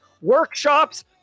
workshops